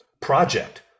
project